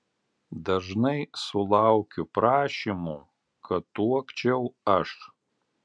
dažnai sulaukiu prašymų kad tuokčiau aš